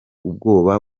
ubwoba